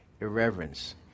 irreverence